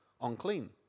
unclean